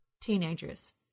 Teenagers